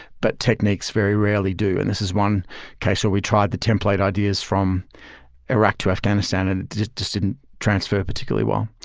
but techniques very rarely do. and this is one case where we tried the template ideas from iraq to afghanistan and it just didn't transfer particularly well.